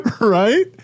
Right